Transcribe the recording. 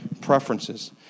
preferences